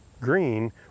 green